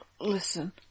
Listen